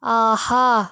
ஆஹா